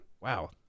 Wow